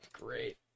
Great